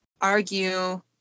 argue